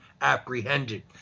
apprehended